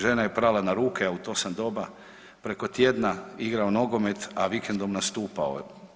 Žena je prala na ruke, a u to sam doba preko tjedna igrao nogomet, a vikendom nastupao.